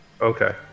Okay